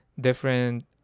different